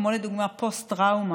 כמו לדוגמה פוסט-טראומה,